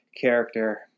character